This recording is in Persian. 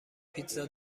پیتزا